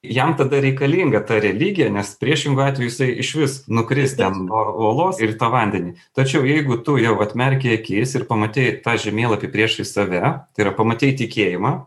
jam tada reikalinga ta religija nes priešingu atveju jisai išvis nukris ten nuo uolos ir į tą vandenį tačiau jeigu tu jau atmerkei akis ir pamatei tą žemėlapį priešais save tai yra pamatei tikėjimą